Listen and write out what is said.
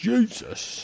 Jesus